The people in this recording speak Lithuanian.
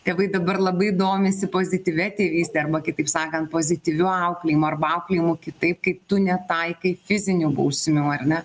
tėvai dabar labai domisi pozityvia tėvyste arba kitaip sakan pozityviu auklėjimu arba auklėjimu kitaip kaip tu netaikai fizinių bausmių ar ne